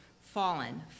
Fallen